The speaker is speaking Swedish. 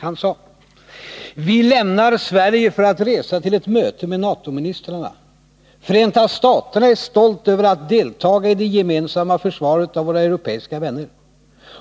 Han sade bl.a. följande: ”Vi lämnar Sverige för att resa till ett möte med NATO ministrarna. Förenta Staterna är stolt över att deltaga i det gemensamma försvaret av våra europeiska vänner.